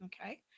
okay